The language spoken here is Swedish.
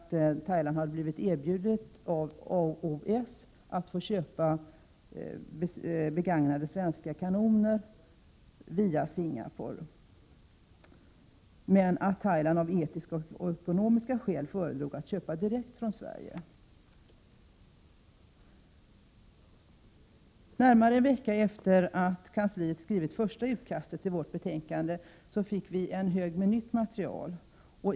Thailand hade fått ett erbjudande av AOS att via Singapore köpa begagnade svenska kanoner, men av etiska och ekonomiska skäl föredrog Thailand att köpa direkt från Sverige. Närmare en vecka efter det att kansliet skrivit första utkastet till vårt betänkande fick vi en hög med nytt material.